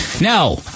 Now